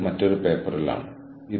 എനിക്ക് കണക്റ്റുചെയ്യണം